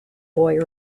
boy